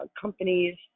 companies